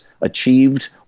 achieved